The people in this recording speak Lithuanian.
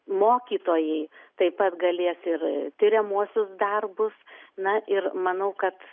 mokytojai taip pat galės ir tiriamuosius darbus na ir manau kad